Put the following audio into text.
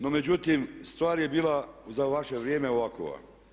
No međutim, stvar je bila za vaše vrijeme ovakova.